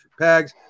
Pags